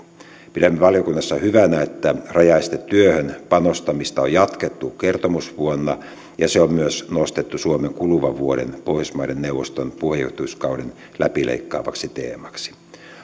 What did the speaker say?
pidämme valiokunnassa hyvänä että rajaestetyöhön panostamista on jatkettu kertomusvuonna ja se on myös nostettu suomen kuluvan vuoden pohjoismaiden neuvoston puheenjohtajuuskauden läpileikkaavaksi teemaksi